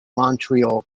montreal